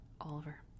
Oliver